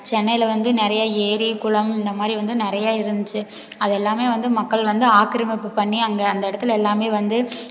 சென்னையில் வந்து நிறைய ஏரி குளம் இந்த மாதிரி வந்து நிறைய இருந்துச்சு அது எல்லாமே வந்து மக்கள் வந்து ஆக்கிரமிப்பு பண்ணி அந்த அந்த இடத்துல எல்லாமே வந்து